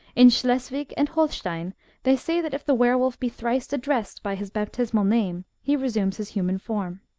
in schleswig and holstein they say that if the were-wolf be thrice addressed by his baptismal name, he resumes his human form.